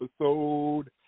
episode